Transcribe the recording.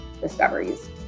discoveries